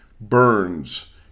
burns